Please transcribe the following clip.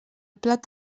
plat